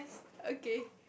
okay